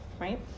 right